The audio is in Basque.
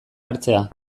hartzea